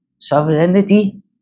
sovereignty